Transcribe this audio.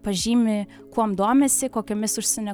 pažymi kuom domisi kokiomis užsienio